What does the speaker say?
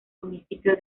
municipio